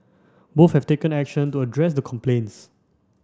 both have taken action to address the complaints